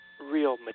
real